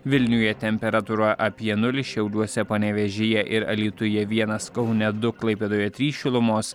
vilniuje temperatūra apie nulį šiauliuose panevėžyje ir alytuje vienas kaune du klaipėdoje trys šilumos